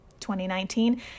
2019